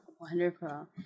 Wonderful